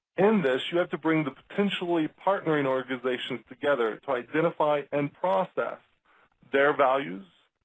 in this you have to bring the potentially partnering organizations together to identify and process their values,